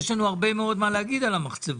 יש לנו הרבה מאוד מה להגיד על המחצבות.